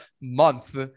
month